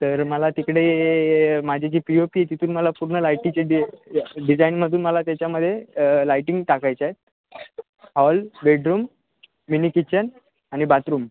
तर मला तिकडे माझी जी पी ओ पी आहे तिथून मला पूर्ण लाइटीचे डी डिजाईनमधून मला त्याच्यामध्ये लाइटिंग टाकायच्या आहेत हॉल बेडरूम मिनी किचन आणि बाथरूम